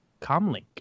Comlink